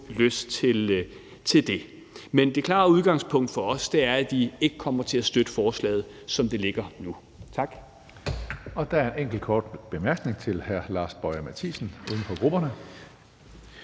lyst til det. Men det klare udgangspunkt for os er, at vi ikke kommer til at støtte forslaget, som det ligger nu. Tak. Kl. 18:17 Tredje næstformand (Karsten Hønge): Der er en enkelt kort bemærkning til hr. Lars Boje Mathiesen, uden for grupperne.